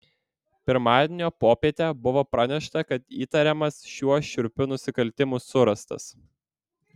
pirmadienio popietę buvo pranešta kad įtariamas šiuo šiurpiu nusikaltimu surastas